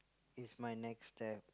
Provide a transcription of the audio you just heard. is my next step